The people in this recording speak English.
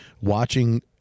watching